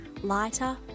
lighter